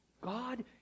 God